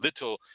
little